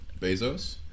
Bezos